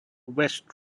west